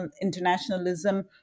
internationalism